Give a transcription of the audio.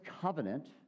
covenant